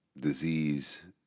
disease